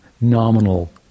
nominal